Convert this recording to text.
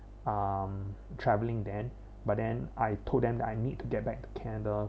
um traveling then but then I told them I need to get back to canada